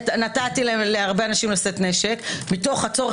נתתי להרבה אנשים לשאת נשק מתוך הצורך